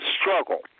struggle